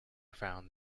found